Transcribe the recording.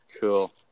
Cool